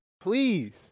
Please